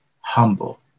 humble